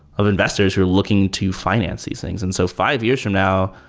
of investors who are looking to finance these things. and so five years from now,